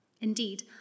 Indeed